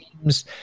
teams